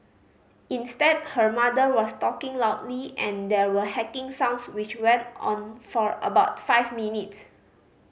instead her mother was talking loudly and there were hacking sounds which went on for about five minutes